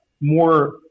more